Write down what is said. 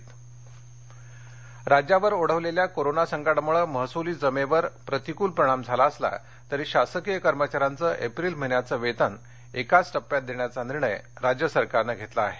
कर्मचारी वेतन् राज्यावर ओढवलेल्या कोरोना संकटामुळे महसुली जमेवर प्रतिकुल परिणाम झाला असला तरी शासकीय कर्मचाऱ्यांचं एप्रिल महिन्याचं वेतन एकाच टप्प्यात देण्याचा निर्णय राज्य सरकारनं घेतला आहे